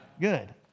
Good